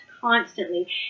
constantly